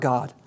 God